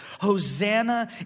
Hosanna